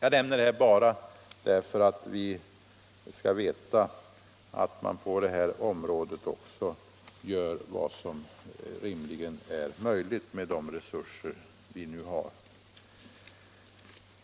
Jag nämner detta bara därför att ni skall veta att man på det här området också gör vad som rimligen är möjligt att göra med de resurser vi nu har.